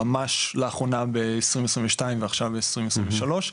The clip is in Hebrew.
ממש לאחרונה ב-2022 ועכשיו ב-2023,